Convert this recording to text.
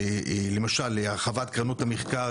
למשל להרחבת קרנות המחקר,